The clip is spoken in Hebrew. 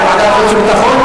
זו ועדת החוץ והביטחון,